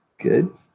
Good